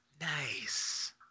Nice